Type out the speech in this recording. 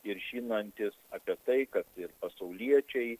ir žinantys apie tai kad ir pasauliečiai